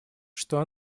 что